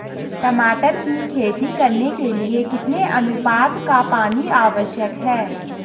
टमाटर की खेती करने के लिए कितने अनुपात का पानी आवश्यक है?